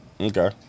Okay